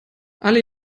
alle